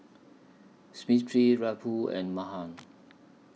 Smriti Rahul and Mahan